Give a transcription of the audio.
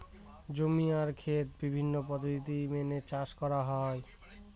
জমি আর খেত বিভিন্ন পদ্ধতি মেনে চাষ করা হয়